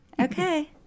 Okay